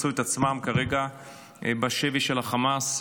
מצאו את עצמם כרגע בשבי החמאס,